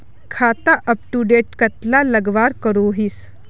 खाता अपटूडेट कतला लगवार करोहीस?